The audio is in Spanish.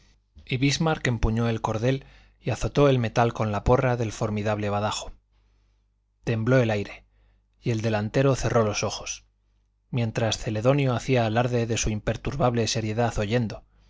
bismarck empuñó el cordel y azotó el metal con la porra del formidable badajo tembló el aire y el delantero cerró los ojos mientras celedonio hacía alarde de su imperturbable serenidad oyendo